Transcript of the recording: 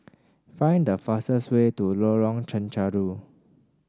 find the fastest way to Lorong Chencharu